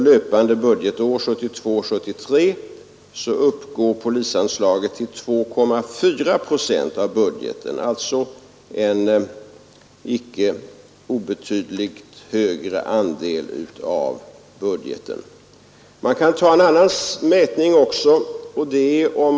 Löpande budgetår, 1972/73, uppgår polisanslaget till 2,4 procent av budgeten, alltså en icke obetydligt högre andel av budgeten. Man kan göra jämförelsen på ett annat sätt också.